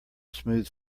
smooth